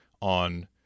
on